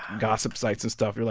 gossip sites and stuff. they're like,